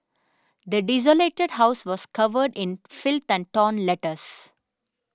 the desolated house was covered in filth and torn letters